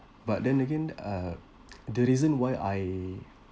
but then again uh the reason why I